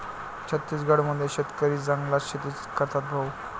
छत्तीसगड मध्ये शेतकरी जंगलात शेतीच करतात भाऊ